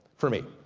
for me.